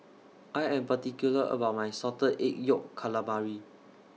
I Am particular about My Salted Egg Yolk Calamari